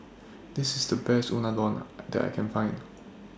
This IS The Best Unadon that I Can Find